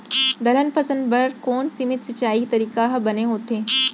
दलहन फसल बर कोन सीमित सिंचाई तरीका ह बने होथे?